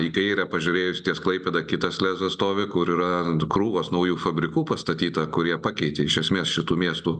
į kairę pažiūrėjus ties klaipėda kitas lez stovi kur yra krūvos naujų fabrikų pastatyta kurie pakeitė iš esmės šitų miestų